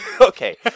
Okay